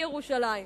היא ירושלים.